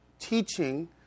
teaching